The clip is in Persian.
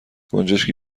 گنجشکی